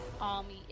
army